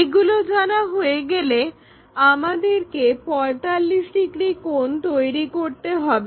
এগুলো জানা হয়ে গেলে আমাদেরকে 45 ডিগ্রি কোণ তৈরি করতে হবে